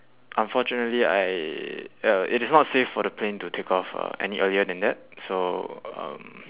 unfortunately I uh it is not safe for the plane to takeoff uh any earlier than that so um